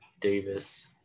Davis